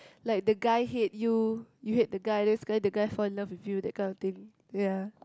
like the guy hate you you hate the guy then sekali the guy fall in love with you that kind of thing ya